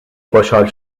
خوشحال